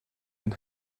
and